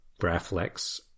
GraphLex